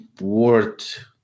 worth